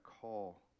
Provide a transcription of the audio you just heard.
call